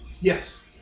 Yes